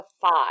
five